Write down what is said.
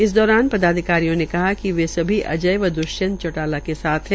इस दौरान पदाधिकारियों ने कहा कि वे सभी अजय व द्ष्यंत चौटाला के साथ है